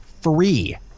free